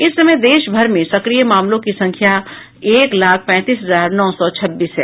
इस समय देश भर में सक्रिय मामलों की संख्या एक लाख पैंतीस हजार नौ सौ छब्बीस है